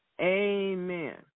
Amen